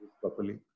properly